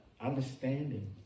understanding